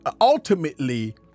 ultimately